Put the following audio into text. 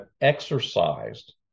exercised